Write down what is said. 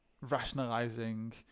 rationalizing